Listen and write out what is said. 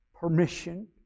permission